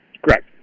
Correct